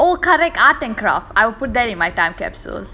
oh correct art and craft I'll put that in my time capsule